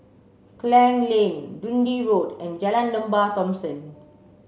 Klang Lane Dundee Road and Jalan Lembah Thomson